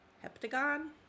heptagon